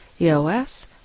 EOS